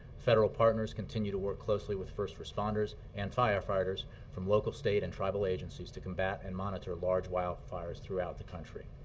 federal partners continue to work closely with first responders and firefighters from local, state, and tribal agencies to combat and monitor large wildfires throughout the country.